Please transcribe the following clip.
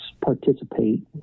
participate